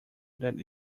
that